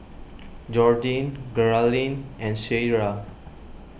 Jordyn Geralyn and Cierra